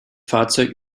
fahrzeug